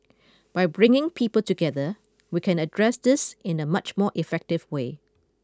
by bringing people together we can address this in a much more effective way